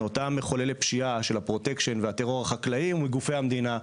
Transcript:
מאותם מחוללי פשיעה של הפרוטקשן והטרור החקלאי או מגופי המדינה.